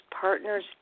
partners